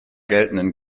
geltenden